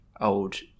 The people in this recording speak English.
old